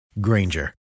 Granger